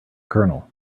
colonel